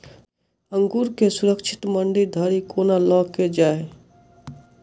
अंगूर केँ सुरक्षित मंडी धरि कोना लकऽ जाय?